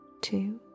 two